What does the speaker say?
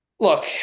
Look